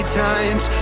times